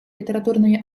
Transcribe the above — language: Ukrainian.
літературної